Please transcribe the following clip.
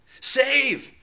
Save